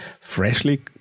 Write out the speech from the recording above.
freshly